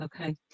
okay